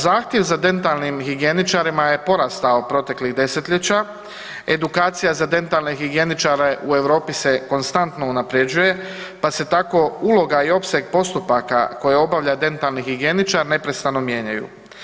Zahtjev za dentalnim higijeničarima je porastao proteklih desetljeća, edukacija za dentalne higijeničare u Europe se konstantno unaprjeđuje pa se uloga i opseg postupaka koje obavlja dentalni higijeničar neprestano mijenjaju.